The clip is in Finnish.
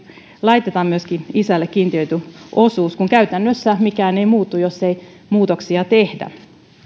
laitetaan myöskin isälle kiintiöity osuus kun käytännössä mikään ei muutu jos ei muutoksia tehdä